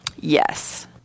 Yes